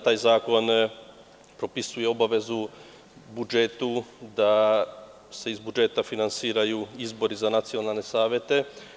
Taj zakon propisuje obavezu u budžetu, da se iz budžeta finansiraju izbori za nacionalne savete.